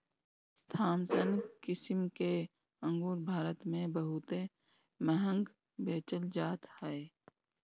Thompson किसिम के अंगूर भारत में बहुते महंग बेचल जात हअ